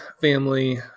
family